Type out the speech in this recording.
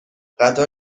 قطار